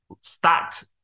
stacked